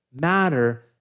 matter